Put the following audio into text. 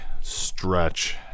stretch